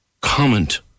comment